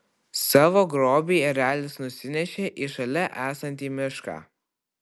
savo grobį erelis nusinešė į šalia esantį mišką